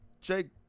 Jake